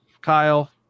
kyle